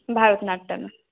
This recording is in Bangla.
ভারতনাট্যমে